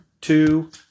two